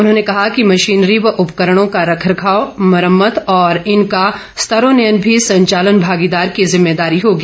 उन्होंने कहा कि मशीनरी व उपकरणों का रख रखाव मुरम्मत और इनका स्तरोन्यन भी संचालन भागीदार की जिम्मेदारी होगी